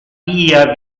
via